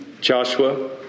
Joshua